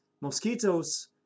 Mosquitoes